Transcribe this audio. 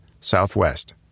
Southwest